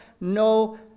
no